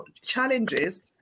challenges